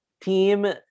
team